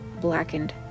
blackened